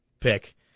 pick